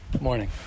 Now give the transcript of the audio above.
morning